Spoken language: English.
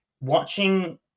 watching